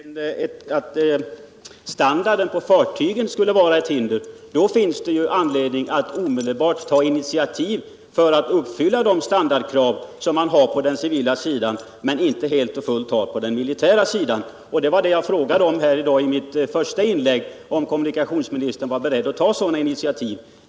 Herr talman! I den mån standarden på fartygen skulle vara ett hinder finns det anledning att omedelbart ta initiativ för att uppfylla de standardkrav som man har på den civila sidan men inte helt och fullt har på den militära sidan. I mitt första inlägg i dag frågade jag ju om kommunikationsministern var beredd att ta sådana initiativ.